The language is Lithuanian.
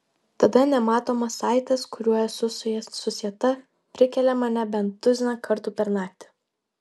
tada nematomas saitas kuriuo esu su ja susieta prikelia mane bent tuziną kartų per naktį